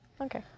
Okay